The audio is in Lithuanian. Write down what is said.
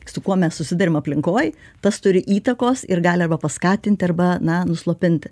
su kuo mes susiduriam aplinkoj tas turi įtakos ir gali arba paskatinti arba na nuslopinti